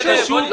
זה קשור.